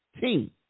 team